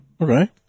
Okay